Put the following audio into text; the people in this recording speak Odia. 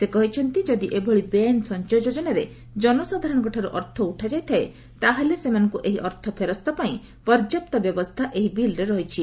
ସେ କହିଛନ୍ତି ଯଦି ଏଭଳି ବେଆଇନ ସଂଚୟ ଯୋଜନାରେ ଜନସାଧାରଣଙ୍କଠାରୁ ଅର୍ଥ ଉଠାଯାଇଥାଏ ତା'ହେଲେ ସେମାନଙ୍କୁ ଏହି ଅର୍ଥ ଫେରସ୍ତ ପାଇଁ ପର୍ଯ୍ୟାପ୍ତ ବ୍ୟବସ୍ଥା ଏହି ବିଲ୍ରେ ରହିଛି